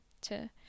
to-